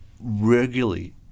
regularly